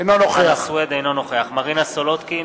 אינו נוכח מרינה סולודקין,